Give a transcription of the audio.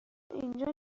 اینجا